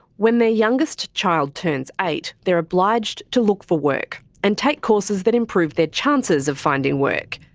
when their youngest child turns eight, they're obliged to look for work and take courses that improved their chances of finding work.